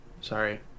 Sorry